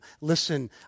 Listen